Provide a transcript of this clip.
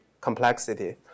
complexity